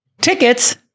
tickets